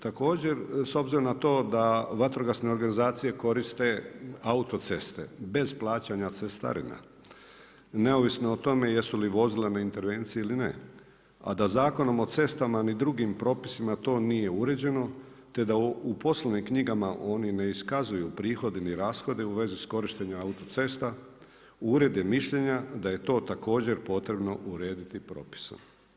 Također s obzirom na to da vatrogasne organizacije koriste autoceste bez plaćanje cestarina neovisno o tome jesu li vozila na intervencije ili ne, a da Zakonom o cestama niti drugim propisima to nije uređeno te da u poslovnim knjigama oni ne iskazuju prihode niti rashode u vezi s korištenjem autocesta, Ured je mišljenja da je to također potrebno urediti propisom.